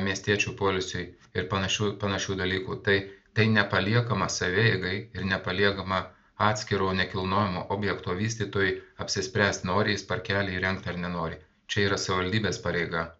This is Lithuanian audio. miestiečių poilsiui ir panašių panašių dalykų tai tai nepaliekama savieigai ir nepaliekama atskiro nekilnojamo objekto vystytojui apsispręst nori jis parkelį įrengt ar nenori čia yra savivaldybės pareiga